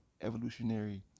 evolutionary